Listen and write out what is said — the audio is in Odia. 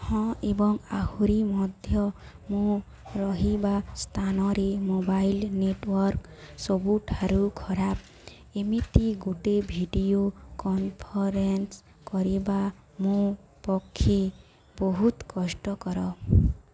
ହଁ ଏବଂ ଆହୁରି ମଧ୍ୟ ମୁଁ ରହିବା ସ୍ଥାନରେ ମୋବାଇଲ୍ ନେଟୱାର୍କ୍ ସବୁଠାରୁ ଖରାପ ଏମିତି ଗୋଟେ ଭିଡ଼ିଓ କନଫରେନ୍ସ୍ କରିବା ମୋ ପକ୍ଷେ ବହୁତ କଷ୍ଟକର